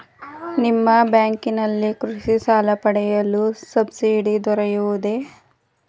ನಿಮ್ಮ ಬ್ಯಾಂಕಿನಲ್ಲಿ ಕೃಷಿ ಸಾಲ ಪಡೆಯಲು ಸಬ್ಸಿಡಿ ದೊರೆಯುತ್ತದೆಯೇ?